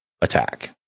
attack